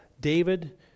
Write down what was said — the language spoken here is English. David